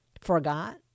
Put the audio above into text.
forgot